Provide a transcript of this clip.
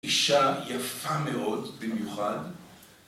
אישה יפה מאוד, במיוחד.